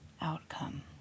outcome